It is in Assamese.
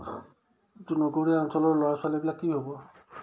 ত' নগৰীয়া অঞ্চলৰ ল'ৰা ছোৱালীবিলাক কি হ'ব